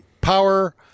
power